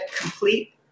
complete